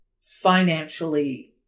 financially